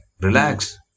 Relax